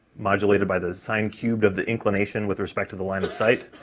modulated by the sine cubed of the inclination with respect to the line-of-sight,